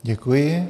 Děkuji.